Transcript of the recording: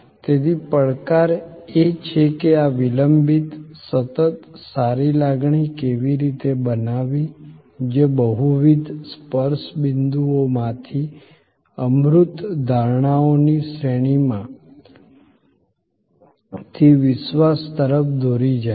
તેથી પડકાર એ છે કે આ વિલંબિત સતત સારી લાગણી કેવી રીતે બનાવવી જે બહુવિધ સ્પર્શ બિંદુઓમાંથી અમૂર્ત ધારણાઓની શ્રેણીમાંથી વિશ્વાસ તરફ દોરી જાય છે